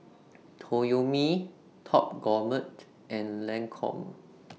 Toyomi Top Gourmet and Lancome